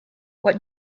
what